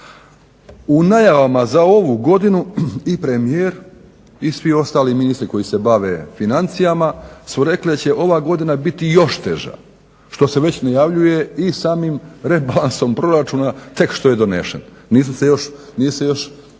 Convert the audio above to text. U najavama za ovu godinu i premijer i svi ostali ministri koji se bave financijama su rekli da će ova godina biti još teža, što se već najavljuje i samim rebalansom proračuna tek što je donesen, nije se još ni